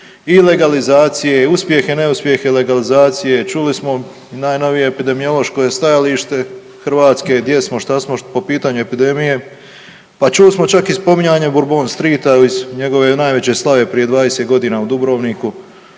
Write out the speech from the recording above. i legalizacije, uspjehe i neuspjehe legalizacije. Čuli smo najnovije epidemiološko je stajalište Hrvatske gdje smo, što smo po pitanju epidemije, pa čuli smo čak i spominjanje Bourbon streeta iz njegove najveće slave prije 20 godina u Dubrovniku,